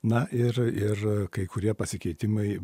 na ir ir kai kurie pasikeitimai